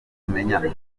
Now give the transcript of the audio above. tumenyana